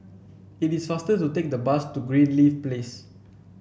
it is faster to take the bus to Greenleaf Place